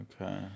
Okay